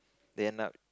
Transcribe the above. then end up